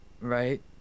right